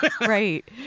right